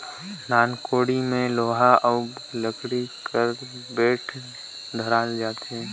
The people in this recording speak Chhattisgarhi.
नान कोड़ी मे लोहा अउ लकरी कर बेठ धराल जाथे